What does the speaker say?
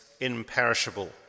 imperishable